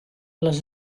les